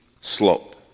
slope